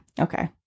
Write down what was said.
Okay